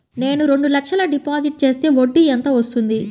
నేను రెండు లక్షల డిపాజిట్ చేస్తే వడ్డీ ఎంత వస్తుంది?